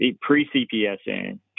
pre-CPSN